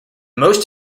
most